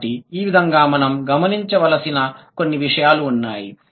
కాబట్టి ఈ విధంగా మనం గమనించవలసిన కొన్ని విషయాలు ఉన్నాయి